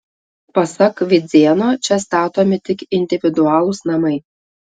pasak vidzėno čia statomi tik individualūs namai